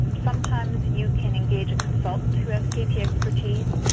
um sometimes you can engage a consultant who has kt expertise.